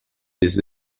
des